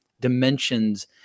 dimensions